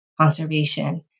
conservation